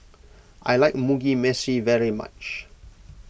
I like Mugi Meshi very much